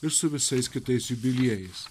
ir su visais kitais jubiliejais